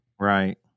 Right